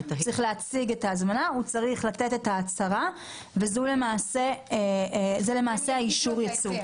הוא צריך לתת את ההצהרה וזה למעשה אישור הייצוא.